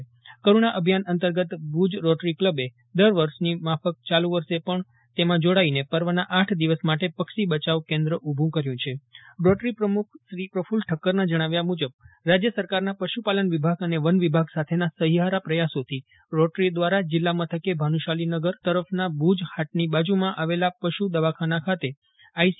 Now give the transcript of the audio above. ંકરુણા અભિયાન અંતર્ગત ભુજ રોટરી ક્લબે દર વર્ષની માફક ચાલુ સાલે પણ તેમાં જોડાઈને પર્વના આઠ દિવસ માટે પક્ષી બયાવ કેન્દ્ર ઊભું કર્યું છેરોટરી પ્રમુખ શ્રી પ્રકૂલ્લ ઠક્કરના જણાવ્યા મુજબ રાજ્ય સરકારના પશુ પાલન વિભાગ અને વન વિભાગ સાથેના સહિયારા પ્રયાસોથી રોટરી દ્વારા જિલ્લા મથકે ભાનુ શાલીનગર તરફના ભુજ હાટની બાજુમાં આવેલા પશુ દવાખાના ખાતે આછેલી